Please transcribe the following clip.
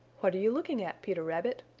what are you looking at, peter rabbit?